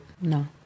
No